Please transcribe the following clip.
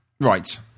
Right